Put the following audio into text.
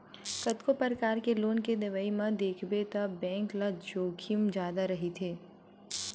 कतको परकार के लोन के देवई म देखबे त बेंक ल जोखिम जादा रहिथे